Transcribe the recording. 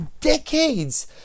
decades